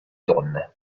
donne